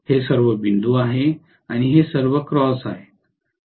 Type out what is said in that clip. हे सर्व बिंदू आहे आणि हे सर्व क्रॉस आहे